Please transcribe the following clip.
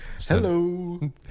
Hello